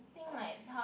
think like how